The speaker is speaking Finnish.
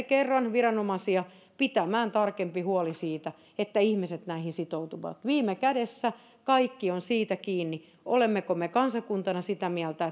kerran viranomaisia pitämään tarkemmin huolta siitä että ihmiset näihin sitoutuvat viime kädessä kaikki on siitä kiinni olemmeko me kansakuntana sitä mieltä